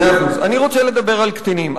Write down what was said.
אני רוצה לדבר על קטינים.